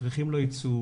האברכים לא יצאו,